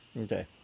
Okay